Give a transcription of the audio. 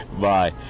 Bye